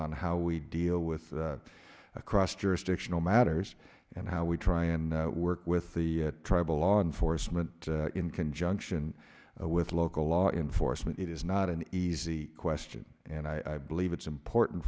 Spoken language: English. on how we deal with across jurisdictional matters and how we try and work with the tribal law enforcement in conjunction with local law enforcement it is not an easy question and i believe it's important